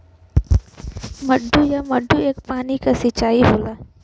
मड्डू या मड्डा एक पानी क सिंचाई होला